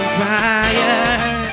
fire